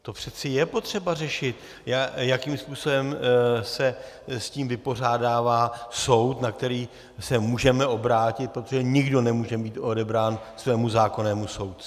To přece je potřeba řešit, jakým způsobem se s tím vypořádává soud, na který se můžeme obrátit, protože nikdo nemůže být odebrán svému zákonnému soudci.